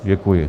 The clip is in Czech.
Děkuji.